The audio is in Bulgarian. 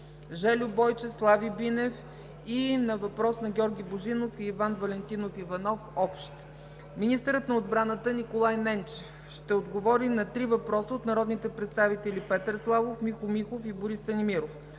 Жельо Бойчев; Слави Бинев; и на въпрос на Георги Божинов и Иван Валентинов Иванов – общ. 6. Министърът на отбраната Николай Ненчев ще отговори на три въпроса от народните представители Петър Славов; Михо Михов; и Борис Станимиров.